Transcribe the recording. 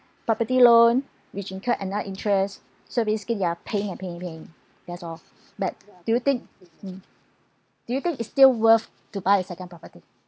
property loan which incurred another interest so basically you are paying and paying paying that's all but do you think mm do you think is still worth to buy a second property